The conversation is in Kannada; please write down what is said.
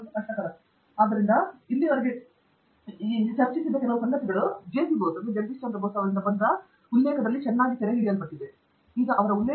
ಪ್ರತಾಪ್ ಹರಿಡೋಸ್ ಆದ್ದರಿಂದ ನಾವು ಇಲ್ಲಿಯವರೆಗೆ ಚರ್ಚಿಸುತ್ತಿದ್ದ ಕೆಲವು ಸಂಗತಿಗಳು JC ಬೋಸ್ನಿಂದ ಬಂದ ಈ ಉಲ್ಲೇಖದಲ್ಲಿ ಚೆನ್ನಾಗಿ ಸೆರೆಹಿಡಿಯಲ್ಪಟ್ಟಿದೆ